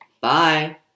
Bye